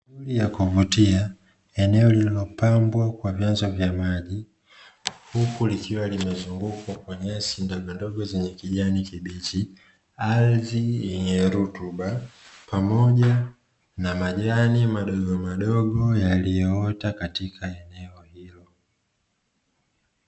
Hali nzuri ya kuvutia, eneo lililopambwa kwa vyanzo vya maji, huku likiwa limezungukwa kwa nyasi ndogondogo zenye kijani kibichi, ardhi yenye rutuba pamoja na majani madogomadogo, yaliyoota katika eneo hilo.